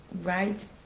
right